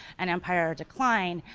and empire decline,